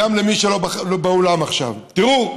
גם למי שלא באולם עכשיו: תראו,